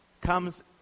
comes